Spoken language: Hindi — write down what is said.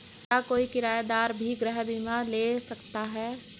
क्या कोई किराएदार भी गृह बीमा ले सकता है?